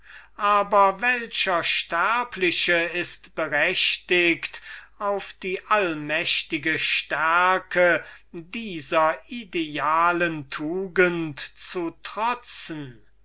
aber welcher sterbliche ist berechtigt auf die allmächtige stärke dieser idealen tugend zu trotzen